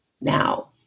now